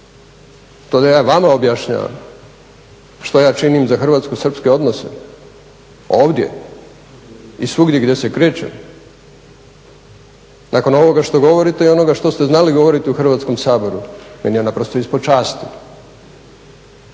to da ja vama objašnjavam, što ja činim za hrvatsko srpske odnose ovdje i svugdje gdje se kreće. Nakon ovoga što govorite i onoga što ste znali govoriti u Hrvatskom saboru, meni je ovo naprosto ispod časti,